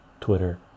twitter